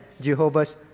jehovah's